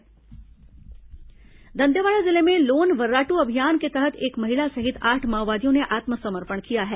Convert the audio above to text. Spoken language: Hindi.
माओवादी समर्पण गिरफ्तार दंतेवाड़ा जिले में लोन वर्रादू अभियान के तहत एक महिला सहित आठ माओवादियों ने आत्मसमर्पण किया है